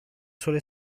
solo